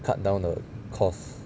cut down the cost